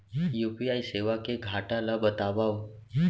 UPI सेवा के घाटा ल बतावव?